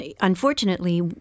unfortunately